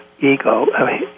ego